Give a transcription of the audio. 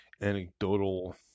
anecdotal